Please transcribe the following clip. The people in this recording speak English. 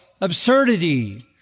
absurdity